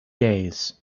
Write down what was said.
days